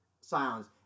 silence